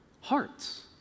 hearts